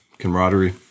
camaraderie